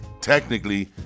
Technically